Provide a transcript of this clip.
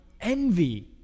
envy